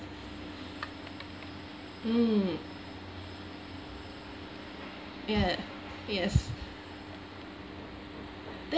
mm ya yes